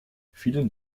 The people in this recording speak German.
vielen